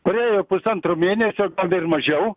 praėjo pusantro mėnesio ir mažiau